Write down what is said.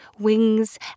wings